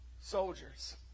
soldiers